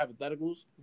hypotheticals